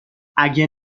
اگه